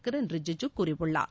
கிரண் ரிஜிஜா கூறியுள்ளார்